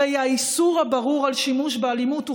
הרי האיסור הברור על שימוש באלימות הוא